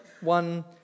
one